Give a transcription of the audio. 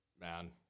Man